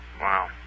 Wow